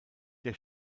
der